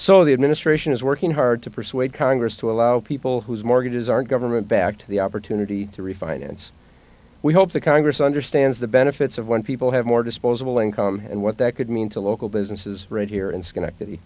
so the administration is working hard to persuade congress to allow people whose mortgages aren't government backed the opportunity to refinance we hope the congress understands the benefits of when people have more disposable income and what that could mean to local businesses right here in schenectady